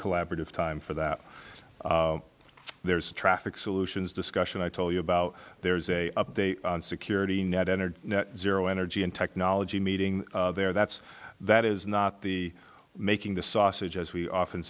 collaborative time for that there's traffic solutions discussion i told you about there's a update on security net energy net zero energy and technology meeting there that's that is not the making the sausage as we often